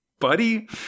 Buddy